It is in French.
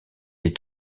est